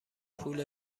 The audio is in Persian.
پول